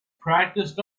practiced